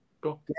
Go